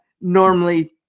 normally